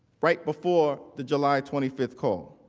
right before the july twenty five call.